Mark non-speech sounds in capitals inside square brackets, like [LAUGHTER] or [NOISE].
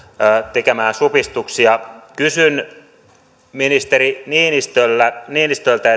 tekemään supistuksia kysyn ministeri niinistöltä [UNINTELLIGIBLE]